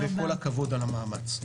וכל הכבוד על המאמץ.